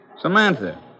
Samantha